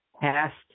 past